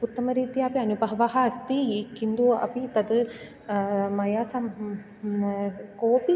उत्तमरीत्या अपि अनुभवः अस्ति इ किन्तु अपि तद् मया सम् कोपि